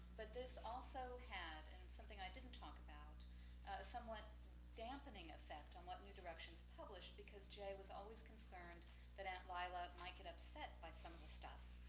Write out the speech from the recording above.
but this also had, and it's something i didn't talk about, a somewhat dampening effect on what new directions published because jay was always concerned that aunt lila might get upset by some of the stuff.